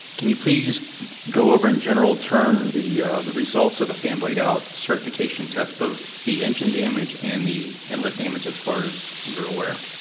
can you please go over in general terms the the results of the fan blade out certification test, both the engine damage and the inlet damage as far as you're aware.